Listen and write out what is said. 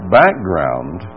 background